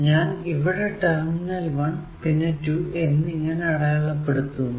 ഞാൻ ഇവിടെ ടെർമിനൽ 1 പിന്നെ 2 എന്നിങ്ങനെ അടയാളപ്പെടുത്തുന്നു